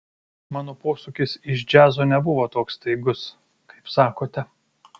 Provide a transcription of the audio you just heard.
mano posūkis iš džiazo nebuvo toks staigus kaip sakote